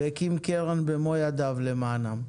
והקים קרן במו ידיו למענם.